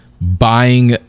buying